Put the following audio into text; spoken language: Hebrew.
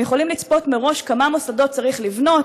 יכולים לצפות מראש כמה מוסדות צריך לבנות,